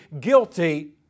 guilty